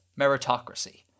meritocracy